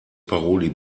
paroli